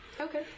Okay